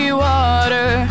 water